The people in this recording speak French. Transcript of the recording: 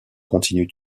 continuent